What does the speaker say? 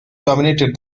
dominated